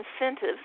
incentives